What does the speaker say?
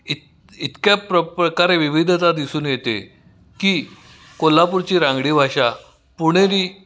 इत इतक्या प्र प्रकारे विविधता दिसून येते की कोल्हापूरची रांगडी भाषा पुणेरी